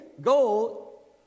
goal